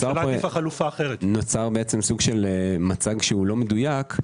שנוצר מצג שאינו מדויק,